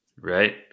Right